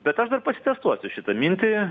bet aš dar pasitestuosiu šitą mintį